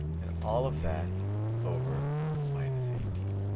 and all of that over minus eighteen.